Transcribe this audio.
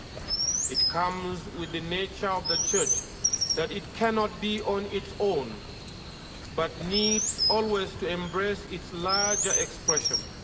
it comes with the nature of the church that it cannot be on its own but needs always to embrace its larger expression.